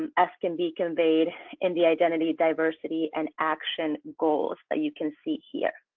um as can be conveyed in the identity, diversity and action goals that you can see here.